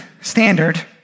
standard